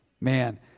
Man